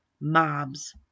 mobs